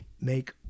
make